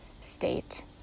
state